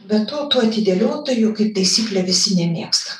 be to tų atidėliotojų kaip taisyklė visi nemėgsta